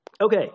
okay